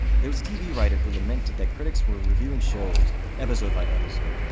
there was a tv writer who lamented that critics were reviewing shows episode by episode,